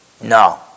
No